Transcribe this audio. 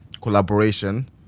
collaboration